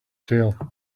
tail